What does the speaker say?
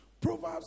Proverbs